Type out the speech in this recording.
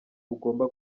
ugomba